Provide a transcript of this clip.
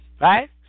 right